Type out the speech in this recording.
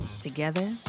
together